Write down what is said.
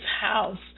House